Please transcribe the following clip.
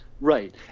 Right